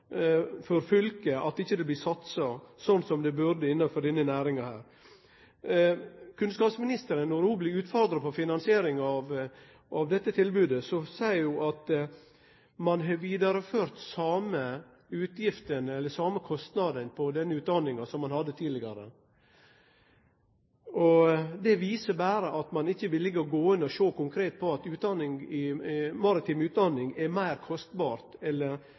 for fylket at det ikkje blir satsa slik som det burde innafor denne næringa. Når kunnskapsministeren blir utfordra på finansieringa av dette tilbodet, seier ho at ein har vidareført dei same kostnadene for denne utdanninga som tidlegare. Det viser berre at ein ikkje er villig til å gå inn og sjå konkret på at maritim utdanning er meir kostbar enn den vanlege utdanninga når det gjeld teknisk utdanning. For Møre og Romsdal er